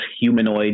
humanoid